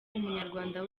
umunyarwanda